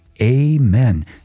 amen